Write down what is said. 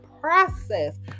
process